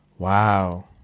Wow